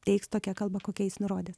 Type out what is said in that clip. reiks tokia kalba kokiais nurodė